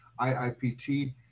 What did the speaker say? IIPT